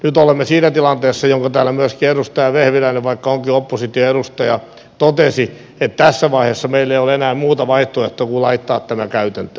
nyt olemme siinä tilanteessa jonka täällä myöskin edustaja vehviläinen vaikka onkin oppositioedustaja totesi että tässä vaiheessa meillä ei ole enää muuta vaihtoehtoa kuin laittaa tämä käytäntöön